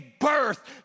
birth